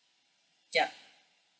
yup